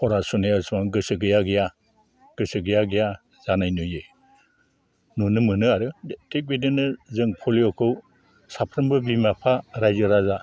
फरा सुनायाव एसेबां गोसो गैया गैया गोसो गैया गैया जानाय नुयो नुनो मोनो आरो थिक बिदिनो जों पलिअखौ साफ्रोमबो बिमा बिफा रायजो राजा